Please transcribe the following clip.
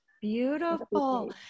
Beautiful